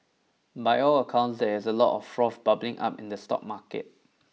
by all accounts there is a lot of froth bubbling up in the stock market